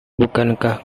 bukankah